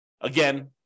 Again